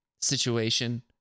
situation